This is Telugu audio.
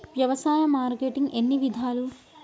వ్యవసాయ మార్కెటింగ్ ఎన్ని విధాలు?